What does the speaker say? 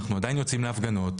אנחנו עדיין יוצאים להפגנות,